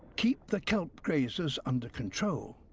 keep the kelp grazers under control.